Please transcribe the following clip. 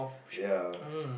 ya